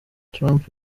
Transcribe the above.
trump